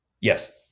Yes